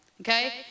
okay